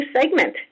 segment